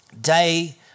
day